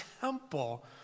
temple